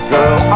Girl